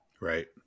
Right